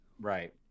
Right